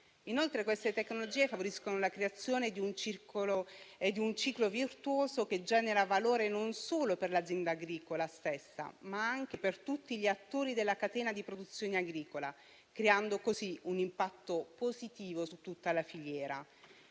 Inoltre, queste tecnologie favoriscono la creazione di un ciclo virtuoso che genera valore non solo per l'azienda agricola stessa, ma anche per tutti gli attori della catena di produzione agricola, creando così un impatto positivo su tutta la filiera.